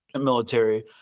military